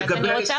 אני רוצה